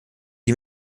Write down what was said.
die